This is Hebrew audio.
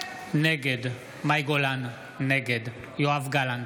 נגד מאי גולן, נגד יואב גלנט,